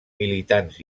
militants